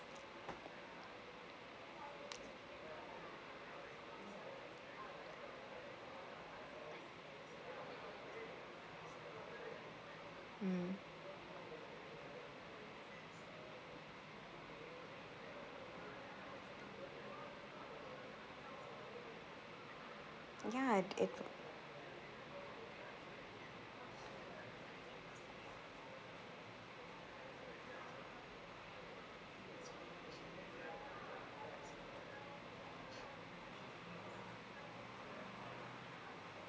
mm ya it it